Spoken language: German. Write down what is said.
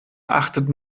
achtet